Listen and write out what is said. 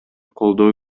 колдоо